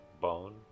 bone